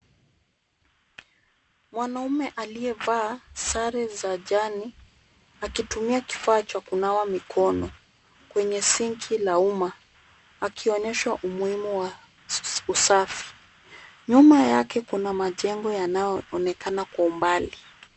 Mwanaume aliyevaa sare za jani, akitumia kifaa cha kunawa mikono, kwenye sinki la umma akionyesha umuhimu wa usafi. Nyuma yake kuna majengo yanayoonekana kwa umbali.